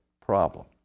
problem